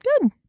good